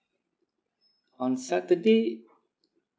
on saturday